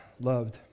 loved